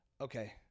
okay